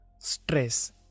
Stress